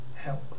help